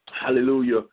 Hallelujah